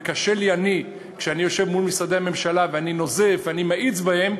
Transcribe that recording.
וקשה לי כשאני יושב מול משרדי ממשלה ואני נוזף ואני מאיץ בהם,